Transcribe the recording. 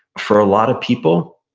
for a lot of people,